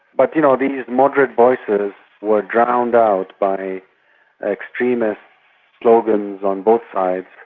but, you know, these moderate voices were drowned out by extremist slogans on both sides.